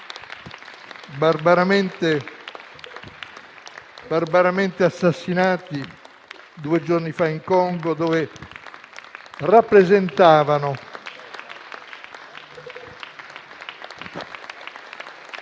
applausi)*, barbaramente assassinati due giorni fa in Congo, dove rappresentavano